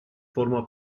forma